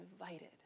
invited